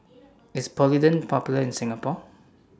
IS Polident Popular in Singapore